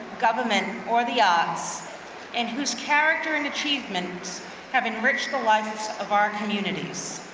government or the odds and whose character and achievements have enriched the lives of our communities.